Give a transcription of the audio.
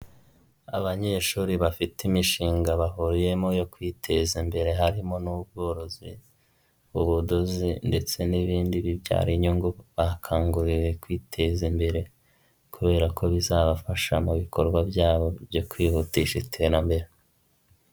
Abanyeshuri bafite imishinga bahuriyemo yo kwiteza imbere harimo n'ubworozi, ubudozi ndetse n'ibindi bibyara inyungu, bakanguriwe kwiteza imbere kubera ko bizabafasha mu bikorwa byabo byo kwihutisha iterambere.